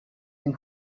den